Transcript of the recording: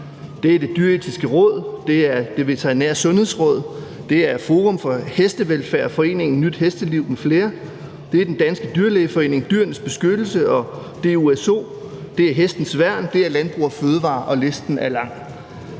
det er Det Dyreetiske Råd; det er Det Veterinære Sundhedsråd; det er Forum for hestevelfærd, Foreningen nyt Hesteliv m.fl.; det er Den Danske Dyrlægeforening; Dyrenes Venner og DOSO; det er Hestens værn; det er Landbrug & Fødevarer, og listen er lang.